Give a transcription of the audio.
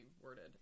worded